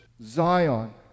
Zion